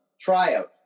tryout